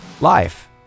life